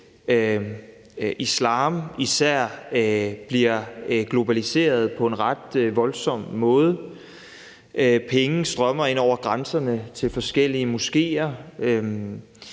islam især bliver globaliseret på en ret voldsom måde. Penge til forskellige moskéer